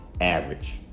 average